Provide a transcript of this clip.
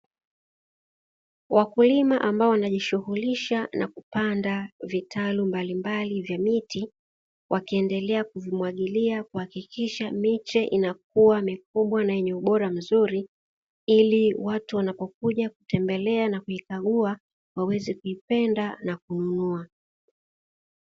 Wakulima ambao wanaojishughulisha kupanda vitalu mbalimbali vya miti, wakiendelea kuvimwagilia, kuhakikisha miche inakuwa mikubwa na yenye ubora mzuri ili watu wanapokuja na kutembelea kuikagua waweze kuipenda na kununua.